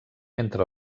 entre